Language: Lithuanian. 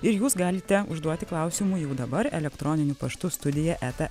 ir jūs galite užduoti klausimų jau dabar elektroniniu paštu studija eta